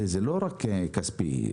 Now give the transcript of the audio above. זה לא רק מצב כספי.